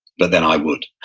but then i would